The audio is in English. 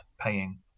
paying